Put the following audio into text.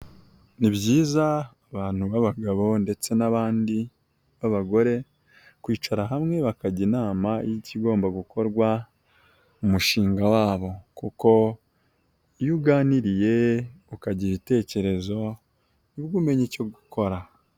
Ni byiza abantu b'abagabo ndetse n'abandi b'abagore, kwicara hamwe bakajya inama y'ikigomba gukorwa, mu mushinga wabo. Kuko iyo uganiriye ukagira ibitekerezo, ni bwo umenya icyo gukora.